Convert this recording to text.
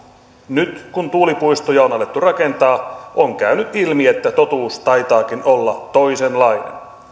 nyt kun tuulipuistoja on alettu rakentaa on käynyt ilmi että totuus taitaakin olla toisenlainen